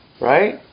Right